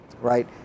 right